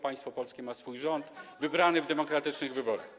Państwo polskie ma swój rząd wybrany w demokratycznych wyborach.